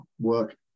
work